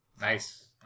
Nice